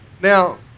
Now